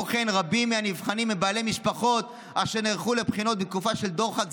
כמו כן רבים מהנבחנים הם בעלי משפחות אשר נערכו לבחינות בתקופה של דוחק,